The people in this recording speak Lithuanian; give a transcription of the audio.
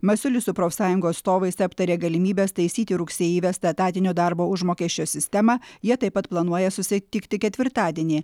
masiulis su profsąjungų atstovais aptarė galimybes taisyti rugsėjį įvestą etatinio darbo užmokesčio sistemą jie taip pat planuoja susetikti ketvirtadienį